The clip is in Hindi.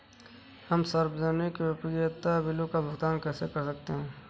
हम सार्वजनिक उपयोगिता बिलों का भुगतान कैसे कर सकते हैं?